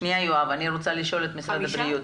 רגע יואב, אני רוצה לשאול את משרד הבריאות.